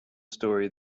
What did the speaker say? story